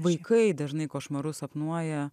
vaikai dažnai košmarus sapnuoja